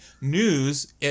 news